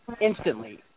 instantly